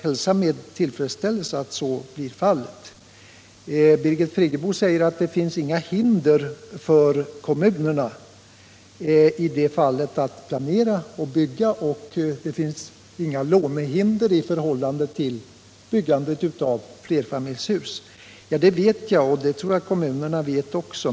Birgit Friggebo säger att det finns inga hinder för kommunerna att planera och bygga, och det finns inga lånehinder i förhållande till byggandet av flerfamiljshus. Det vet jag, och det tror jag att kommunerna vet också.